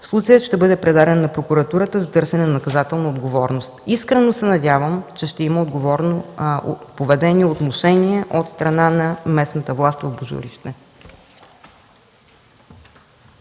случаят ще бъде предаден на Прокуратурата за търсене на наказателна отговорност. Искрено се надявам, че ще има отговорно поведение и отношение от страна на метната власт от Божурище.